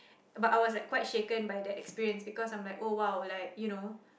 but I was like quite shaken by that experience because I'm like oh !wow! like you know